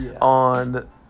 on